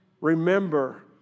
Remember